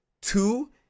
two